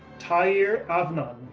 taeer avnon,